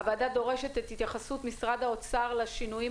הוועדה דורשת את התייחסות משרד האוצר לשינויים